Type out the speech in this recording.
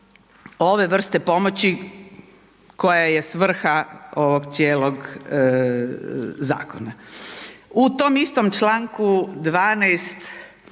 ove vrste pomoći koja je svrha ovog cijelog zakona. U tom istom članku 12.